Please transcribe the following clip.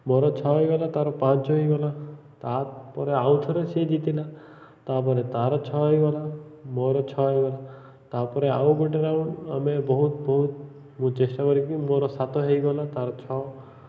ମୋର ଛଅ ହେଇଗଲା ତାର ପାଞ୍ଚ ହେଇଗଲା ତାପରେ ଆଉଥରେ ସିଏ ଜିତିଲା ତାପରେ ତାର ଛଅ ହେଇଗଲା ମୋର ଛଅ ହେଇଗଲା ତାପରେ ଆଉ ଗୋଟେ ରାଉଣ୍ଡ ଆମେ ବହୁତ ବହୁତ ମୁଁ ଚେଷ୍ଟା କରିକି ମୋର ସାତ ହେଇଗଲା ତାର ଛଅ